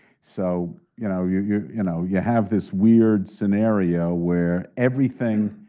so you know you you know yeah have this weird scenario where everything,